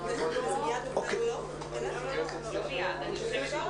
הישיבה ננעלה בשעה